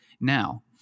Now